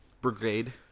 brigade